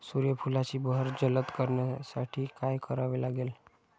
सूर्यफुलाची बहर जलद करण्यासाठी काय करावे लागेल?